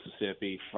Mississippi